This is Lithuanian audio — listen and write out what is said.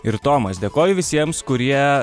ir tomas dėkoju visiems kurie